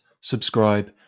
subscribe